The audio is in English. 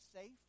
safe